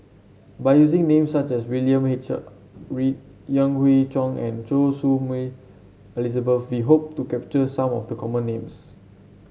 by using names such as William H Read Yan Hui Chang and Choy Su Moi Elizabeth we hope to capture some of the common names